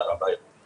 תודה רבה.